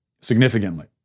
significantly